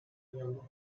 younger